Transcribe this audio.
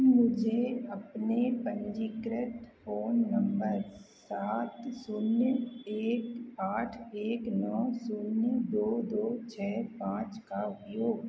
मुझे अपने पंजीकृत फोन नम्बर सात शून्य एक आठ एक नौ शून्य दो दो छः पाँच का उपयोग